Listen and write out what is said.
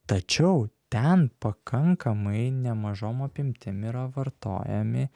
tačiau ten pakankamai nemažom apimtim yra vartojami